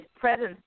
presence